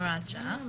הוראת שעה.